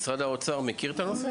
משרד האוצר מכיר את המספר הזה?